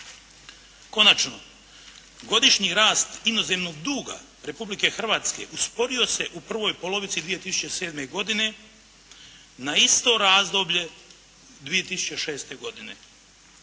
Konačno, godišnji rast inozemnog duga Republike Hrvatske usporio se u prvoj polovici 2007. godine na isto razdoblje 2006. godine